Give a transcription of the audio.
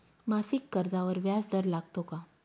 मासिक कर्जावर व्याज दर लागतो का?